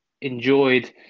enjoyed